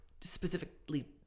specifically